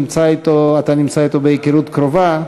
שאני מקווה שאתה נמצא אתו בהיכרות קרובה,